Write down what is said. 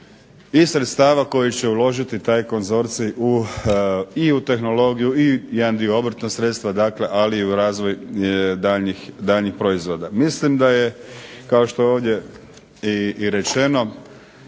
i sredstava koje će uložiti taj konzorcij i u tehnologiju i jedan dio u obrtna sredstva, ali i u razvoj daljnjih proizvoda. Mislim da je kao što je ovdje i rečeno